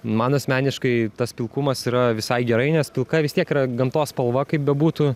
man asmeniškai tas pilkumas yra visai gerai nes pilka vis tiek yra gamtos spalva kaip bebūtų